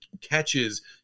catches